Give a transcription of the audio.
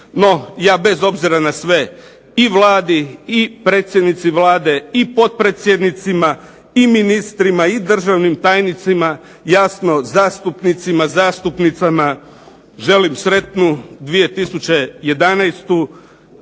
No ja bez obzira na sve i Vladi i predsjednici Vlade i potpredsjednicima i ministrima i državnim tajnicima, jasno zastupnicima, zastupnicama želim sretnu 2011.